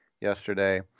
yesterday